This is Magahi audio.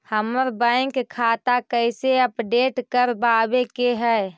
हमर बैंक खाता कैसे अपडेट करबाबे के है?